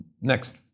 next